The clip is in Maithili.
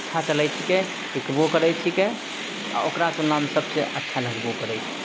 अच्छा चलै छिकै टिकबो करै छिकै आ ओकरा तुलना मे सबसे अच्छा लगबो करै छै